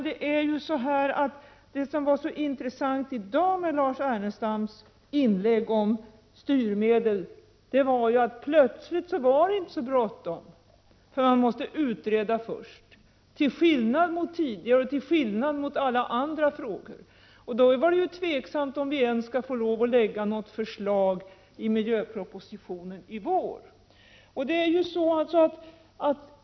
Det som var så intressant i dag med Lars Ernestams inlägg om styrmedel var att plötsligt var det inte så bråttom, för man måste utreda först — till skillnad mot vad som gällde tidigare och till skillnad mot vad som gällde i alla andra frågor. Då blev det ju tveksamt om vi ens skall få lov att lägga fram något förslag i miljöpropositionen i vår.